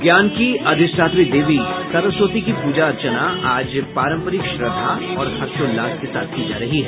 ज्ञान की अधिष्ठात्री देवी सरस्वती की पूजा अर्चना आज पारम्परिक श्रद्धा और हर्षोल्लास के साथ की जा रही है